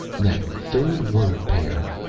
that third word-pair,